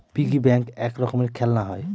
piggy bank এক রকমের খেলনা হয়